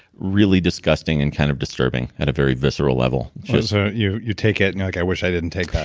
really disgusting and kind of disturbing at a very visceral level so so you you take it and you're like, i wish i didn't take that.